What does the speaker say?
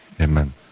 Amen